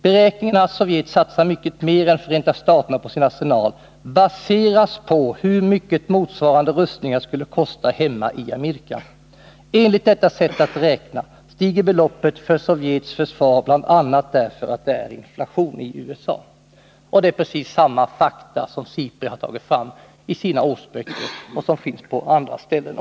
Beräkningarna att Sovjet satsar mycket mer än Förenta staterna på sin arsenal baseras på hur mycket motsvarande rustningar skulle kosta hemma i Amerika. Enligt detta sätt att räkna stiger beloppet för Sovjets försvar bland annat därför att det är inflation i USA!” Detta är precis samma fakta som SIPRI har tagit fram i sina årsböcker och som finns också på andra ställen.